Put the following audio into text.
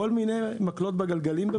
כל מיני מקלות בגלגלים.